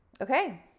Okay